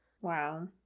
Wow